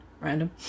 Random